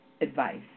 advice